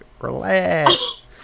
relax